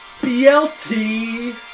BLT